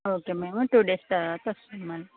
okay మేము two days తరువాత వస్తామండి